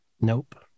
nope